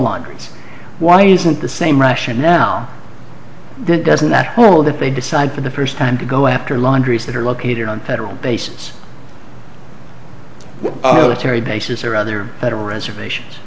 laundries why isn't the same ration now then doesn't that hold if they decide for the first time to go after laundries that are located on federal bases what terry bases or other federal reservations